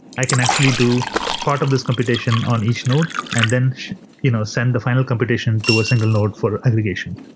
i can actually do part of this computation on each node and then you know send the final computation to a single node for aggregation.